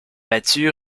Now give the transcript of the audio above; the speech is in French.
battu